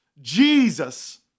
Jesus